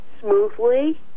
smoothly